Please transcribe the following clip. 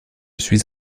suis